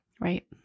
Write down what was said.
Right